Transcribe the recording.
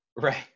Right